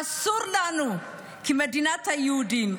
אסור לנו כמדינת היהודים,